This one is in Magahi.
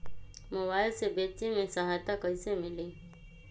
मोबाईल से बेचे में सहायता कईसे मिली?